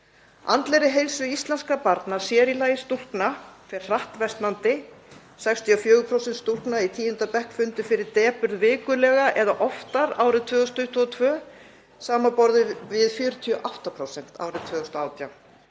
Andleg heilsa íslenskra barna, sér í lagi stúlkna, fer hratt versnandi. 64% stúlkna í 10. bekk fundu fyrir depurð vikulega eða oftar árið 2022 samanborið við 48% árið 2018.